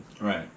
Right